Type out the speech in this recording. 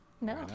No